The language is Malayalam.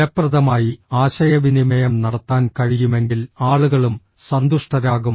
ഫലപ്രദമായി ആശയവിനിമയം നടത്താൻ കഴിയുമെങ്കിൽ ആളുകളും സന്തുഷ്ടരാകും